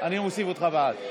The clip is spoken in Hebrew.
לוועדה